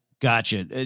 Gotcha